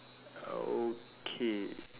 okay